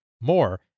More